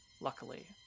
luckily